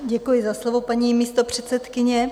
Děkuji za slovo, paní místopředsedkyně.